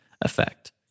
effect